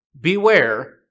beware